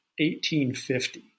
1850